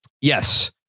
Yes